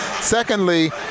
Secondly